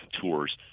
tours